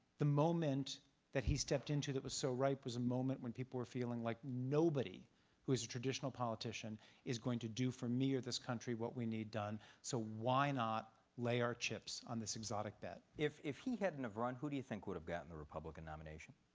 the moment that he stepped into that was so ripe was a moment when people are feeling like nobody who is a traditional politician is going to do for me or this country what we need done, so why not lay our chips on this exotic bet? if if he hadn't have run, who do you think would have gotten the republican nomination?